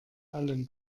allen